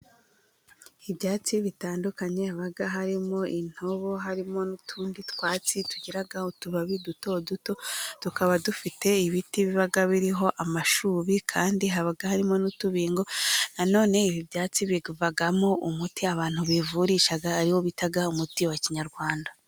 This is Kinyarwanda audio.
Ibyatsi bitandukanye haba harimo intobo, harimo n'utundi twatsi tugiraho utubabi duto duto tukaba dufite ibiti biba biriho amashubi kandi haba harimo n'utubingo, nanone ibi byatsi bivamo umuti abantu bivurisha, ariwo bita umuti wa kinyarwanda.